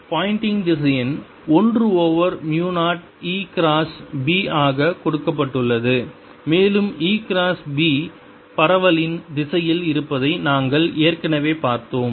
Poynting திசையன் ஒன்று over mu 0 e cross b ஆக கொடுக்கப்பட்டுள்ளது மேலும் e கிராஸ் b பரவலின் திசையில் இருப்பதை நாங்கள் ஏற்கனவே பார்த்தோம்